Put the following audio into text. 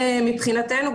מבחינתנו,